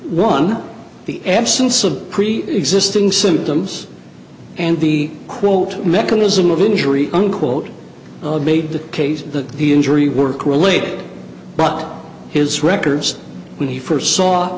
one the absence of preexisting symptoms and the quote mechanism of injury unquote made the case that the injury work related but his records when he first saw